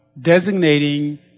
designating